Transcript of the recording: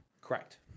Correct